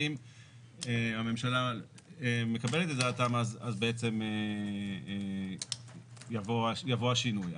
ואם הממשלה מקבלת את דעתם אז בעצם יבוא השינוי.